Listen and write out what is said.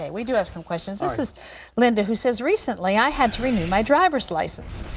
yeah we do have some questions. this is linda who says, recently, i had to renew my driver's license.